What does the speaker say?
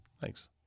Thanks